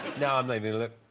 now i may be like